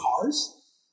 cars